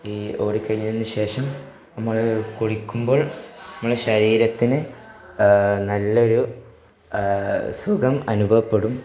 ഈ ഓടിക്കഴിഞ്ഞതിനുശേഷം നമ്മൾ കുളിക്കുമ്പോൾ നമ്മുടെ ശരീരത്തിന് നല്ലൊരു സുഖം അനുഭവപ്പെടും